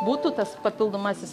būtų tas papildomasis